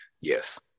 Yes